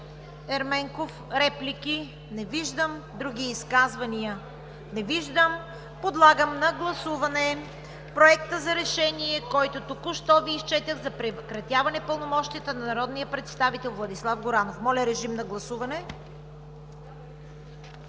Ерменков. Реплики? Не виждам. Други изказвания? Не виждам. Подлагам на гласуване Проекта за решение, който току-що Ви изчетох – за прекратяване на пълномощията на народния представител Владислав Горанов. Гласували